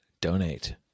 Donate